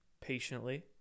Patiently